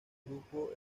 grupo